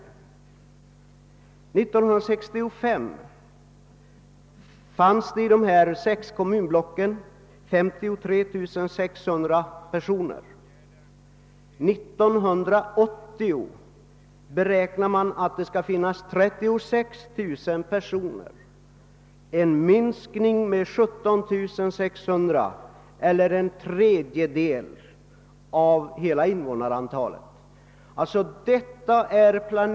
1965 fanns det i de sex kommunblocken 53600 personer och 1980 beräknas det finnas 36 000, d. v. s. en minskning med 17 600 personer eller en tredjedel av hela invånarantalet.